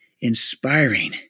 inspiring